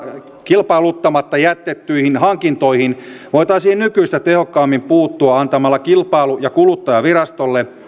kilpailuttamatta jätettyihin hankintoihin voitaisiin nykyistä tehokkaammin puuttua antamalla kilpailu ja kuluttajavirastolle